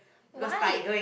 why